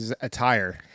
attire